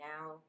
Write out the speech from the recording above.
now